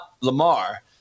Lamar